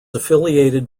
affiliated